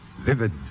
vivid